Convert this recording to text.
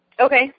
Okay